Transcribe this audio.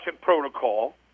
protocol